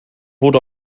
wurde